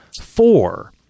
four